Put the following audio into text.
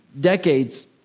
decades